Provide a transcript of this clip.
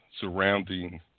surrounding